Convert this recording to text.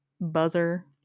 buzzer